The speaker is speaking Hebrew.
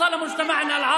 (שנה שלמה הם נלחמו בה,